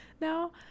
now